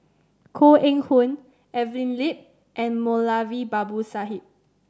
Koh Eng Hoon Evelyn Lip and Moulavi Babu Sahib